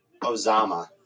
Ozama